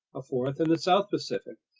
a fourth in the south pacific,